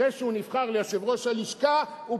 אחרי שהוא נבחר ליושב-ראש הלשכה הוא